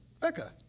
Becca